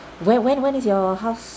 where when when is your house